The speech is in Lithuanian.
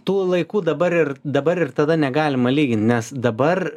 tų laikų dabar ir dabar ir tada negalima lygint nes dabar